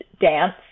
dance